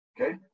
Okay